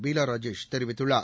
பீலா ராஜேஷ் தெரிவித்துள்ளார்